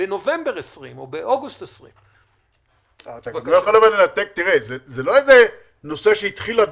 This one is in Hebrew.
בנובמבר 2020 או באוגוסט 2020. זה לא נושא שהתחיל היום,